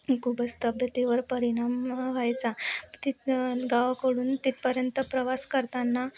खूपच तब्येतीवर परिणाम हा व्हायचा तिथं गावाकडून तिथपर्यंत प्रवास करताना